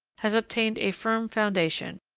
has obtained a firm foundation,